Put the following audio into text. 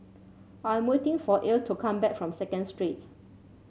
I am waiting for Irl to come back from Second Street